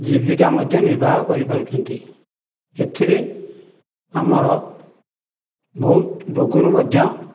ଜୀବିକା ମଧ୍ୟ ନିର୍ବାହ କରିପାରୁଛନ୍ତି ଏଥିରେ ଆମର ବହୁତ ରୋଗରୁ ମଧ୍ୟ